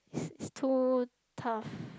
it's it's too tough